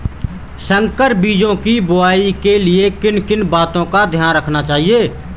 संकर बीजों की बुआई के लिए किन किन बातों का ध्यान रखना चाहिए?